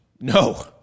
No